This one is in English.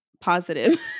positive